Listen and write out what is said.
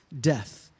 death